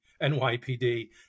NYPD